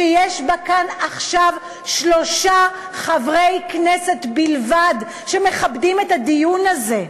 ויש כאן עכשיו שלושה חברי כנסת בלבד שמכבדים את הדיון הזה,